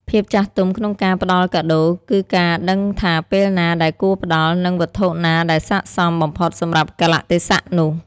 ភាពចាស់ទុំក្នុងការផ្ដល់កាដូ គឺការដឹងថាពេលណាដែលគួរផ្ដល់ និងវត្ថុណាដែលស័ក្តិសមបំផុតសម្រាប់កាលៈទេសៈនោះ។